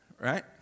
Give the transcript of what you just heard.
right